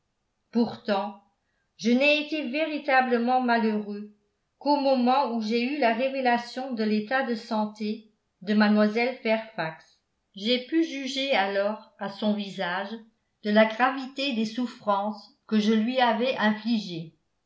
pourtant je n'ai été véritablement malheureux qu'au moment où j'ai eu la révélation de l'état de santé de mlle fairfax j'ai pu juger alors à son visage de la gravité des souffrances que je lui avais infligées